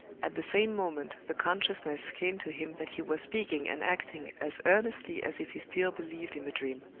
at the same moment the consciousness came to him that he was speaking and acting as earnestly as if he still believed in the dream.